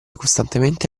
costantemente